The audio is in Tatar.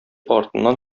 артыннан